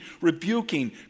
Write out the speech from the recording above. rebuking